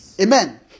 Amen